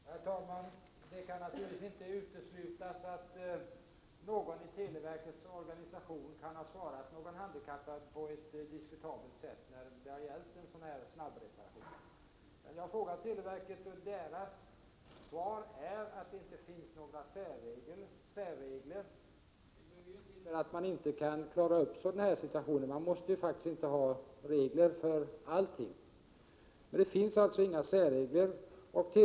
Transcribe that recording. Herr talman! Det kan naturligtvis inte uteslutas att någon i televerkets organisation har svarat en handikappad på ett diskutabelt sätt när det har gällt en snabb reparation. Jag har frågat televerket och fått svaret att det inte finns några särregler. Det behöver inte innebära att televerket inte klarar sådana här situationer — det måste inte finnas regler för allting.